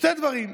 שני דברים.